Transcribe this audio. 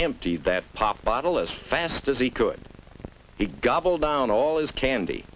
emptied that pop bottle as fast as he could be gobbled down all his candy